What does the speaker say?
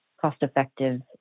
cost-effective